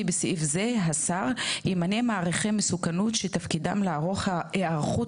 (בסעיף זה השר) ימנה מעריכי מסוכנות שתפקידם לערוך הערכות